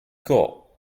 got